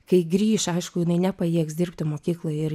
kai grįš aišku jinai nepajėgs dirbti mokykloj ir